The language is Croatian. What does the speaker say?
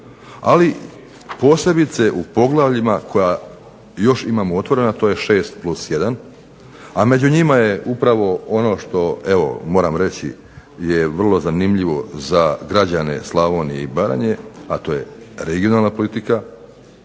ali posebice u poglavljima koja još imamo otvorena, to je 6+1, a među njima je upravo ono što evo moram reći je vrlo zanimljivo za građane Slavonije i Baranje, a to je regionalna politika